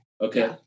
okay